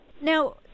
Now